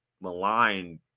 maligned